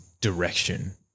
direction